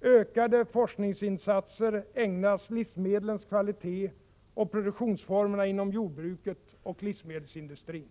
Ökade forskningsinsatser ägnas livmedlens kvalitet och produktionsformerna inom jordbruket och livsmedelsindustrin.